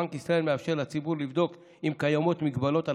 בנק ישראל מאפשר לציבור לבדוק אם קיימות הגבלות על